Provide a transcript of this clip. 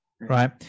right